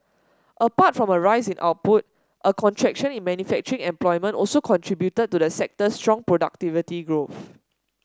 apart from a rise in output a contraction in manufacturing employment also contributed to the sector's strong productivity growth